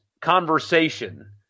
conversation